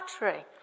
battery